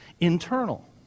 Internal